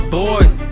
boys